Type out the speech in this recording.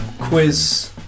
quiz